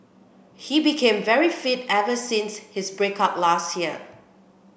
he became very fit ever since his break up last year